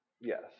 Yes